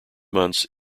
months